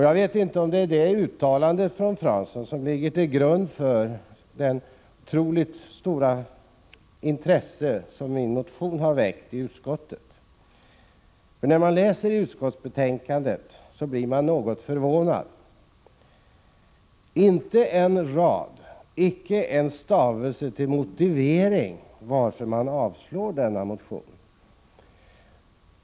Jag vet inte om det är uttalanden av det slaget som ligger till grund för det ringa intresse som min motion har rönt i utskottet. När man läser utskottsbetänkandet blir man något förvånad: inte en rad, icke en stavelse som motivering till att utskottet avstyrker denna motion.